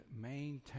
maintain